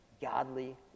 godly